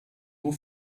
nur